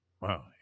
Wow